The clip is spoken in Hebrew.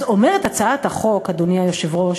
אז אומרת הצעת החוק, אדוני היושב-ראש,